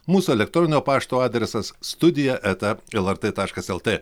mūsų elektroninio pašto adresas studija eta lrt taškas lt